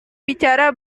bicara